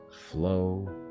flow